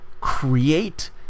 create